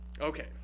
Okay